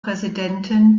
präsidentin